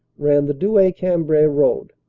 ran the douai-cambrai road,